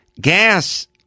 gas